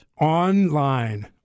Online